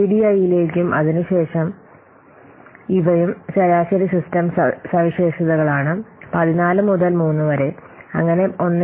ടിഡിഐയിലേക്കും അതിനുശേഷം ഇവയും ശരാശരി സിസ്റ്റം സവിശേഷതകളാണ് 14 മുതൽ 3 വരെ അങ്ങനെ 1